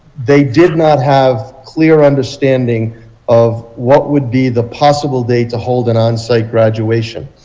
they did not have clear understanding of what would be the possible date to hold an on-site adulation.